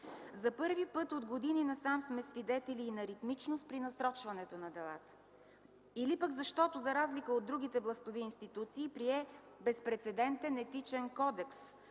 За първи път от години насам сме свидетели на ритмичност при насрочването на делата. Или пък защото, за разлика от другите властови институции, прие безпрецедентен Етичен кодекс